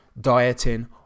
dieting